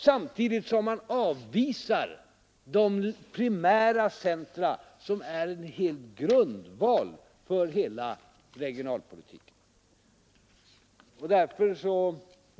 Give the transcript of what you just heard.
Samtidigt avvisar man de primära centra som är en grundval för hela regionalpolitiken.